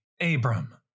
Abram